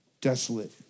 desolate